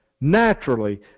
naturally